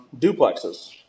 duplexes